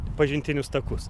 pažintinius takus